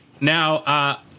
Now